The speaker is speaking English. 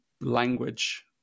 language